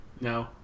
No